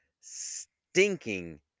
stinking